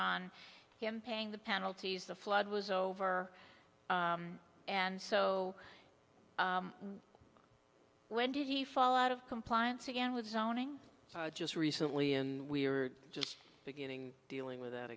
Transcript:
on him paying the penalties the flood was over and so when did he fall out of compliance again with zoning just recently and we are just beginning dealing with